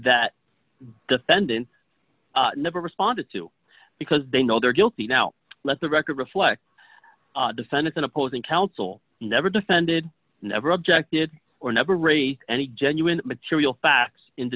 that defendant never responded to because they know they're guilty now let the record reflect defendant an opposing counsel never defended never objected or never raised any genuine material facts in